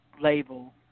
label